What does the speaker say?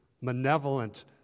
malevolent